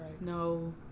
No